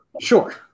Sure